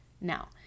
now